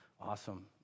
Awesome